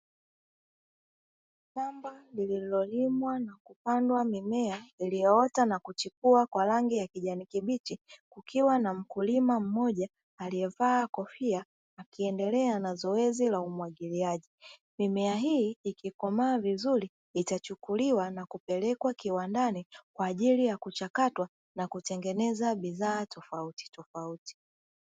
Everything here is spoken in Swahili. Shamba lililolimwa na kupandwa mimea iliyoota na kuchipua kwa rangi ya kijani kibichi, kukiwa na mkulima mmoja aliyevaa kofia akiendelea na zoezi la umwagiliaji. Mimea hii ikikomaa vizuri itachukuliwa na kupelekwa kiwandani, kwa ajili ya kuchakatwa na kutengeneza bidhaa tofautitofauti.